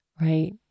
Right